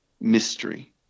mystery